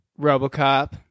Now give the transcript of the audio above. Robocop